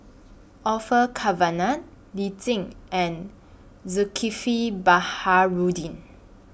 Orfeur Cavenagh Lee Tjin and Zulkifli Baharudin